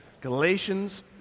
Galatians